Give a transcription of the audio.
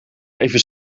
even